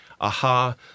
aha